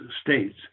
states